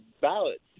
ballots